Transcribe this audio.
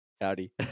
howdy